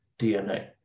DNA